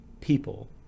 people